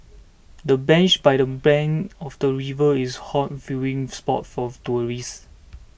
the bench by the blank of the river is a hot viewing spot for tourists